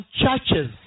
churches